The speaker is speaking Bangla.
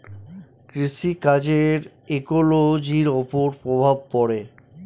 কৃষি কাজের ইকোলোজির ওপর প্রভাব পড়ে